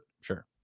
Sure